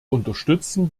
unterstützen